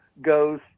goes